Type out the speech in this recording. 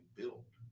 built